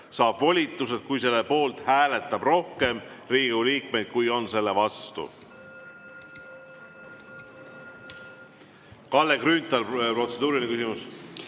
saab volitused, kui selle poolt hääletab rohkem Riigikogu liikmeid, kui on selle vastu. Kalle Grünthal, protseduuriline küsimus.